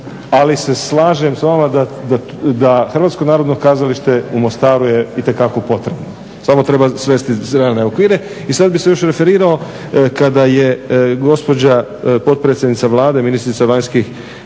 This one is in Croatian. ali se slažem s vama da Hrvatsko narodno kazalište u Mostaru je itekako potrebno, samo treba svesti na realne okvire. I sad bih se još referirao kada je gospođa potpredsjednica Vlade, ministrica vanjskih